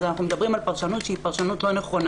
אז אנחנו מדברים על פרשנות שהיא פרשנות לא נכונה.